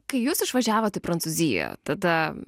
kai jūs išvažiavot į prancūziją tada